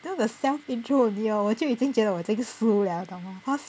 you know the self intro only hor 我就已经觉得我这个已经输了你懂吗 cause